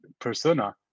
persona